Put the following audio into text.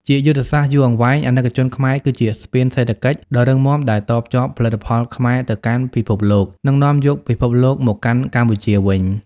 ជាយុទ្ធសាស្ត្រយូរអង្វែង អាណិកជនខ្មែរគឺជា ស្ពានសេដ្ឋកិច្ច ដ៏រឹងមាំដែលតភ្ជាប់ផលិតផលខ្មែរទៅកាន់ពិភពលោក និងនាំយកពិភពលោកមកកាន់កម្ពុជាវិញ។